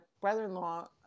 brother-in-law